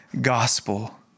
gospel